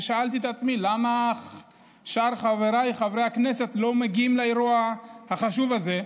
ושאלתי את עצמי למה שאר חבריי חברי הכנסת לא מגיעים לאירוע החשוב הזה.